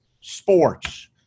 sports